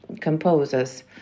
composers